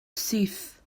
syth